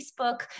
Facebook